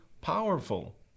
powerful